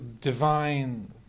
divine